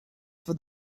for